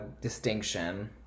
distinction